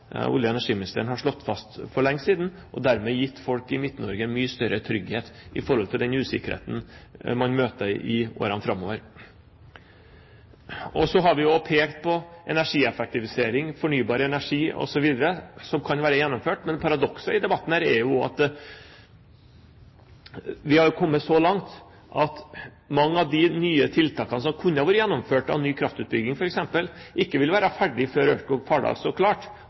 olje- og energiministeren ha slått fast for lenge siden, og dermed gitt folk i Midt-Norge en mye større trygghet i forhold til den usikkerheten man møter i årene framover. Så har vi også pekt på energieffektivisering, fornybar energi osv. som kan være gjennomført, men paradokset i denne debatten er at vi har kommet så langt at mange av de nye tiltakene som kunne ha vært gjennomført, f.eks. av ny kraftutbygging, ikke vil være ferdig før Ørskog–Fardal står klart.